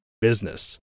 business